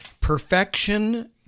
Perfection